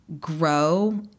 grow